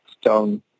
stone